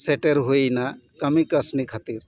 ᱥᱮᱴᱮᱨ ᱦᱩᱭᱮᱱᱟ ᱠᱟᱹᱢᱤ ᱠᱟᱹᱥᱱᱤ ᱠᱷᱟᱹᱛᱤᱨ